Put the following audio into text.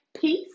peace